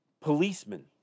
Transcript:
policemen